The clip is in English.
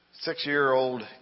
Six-year-old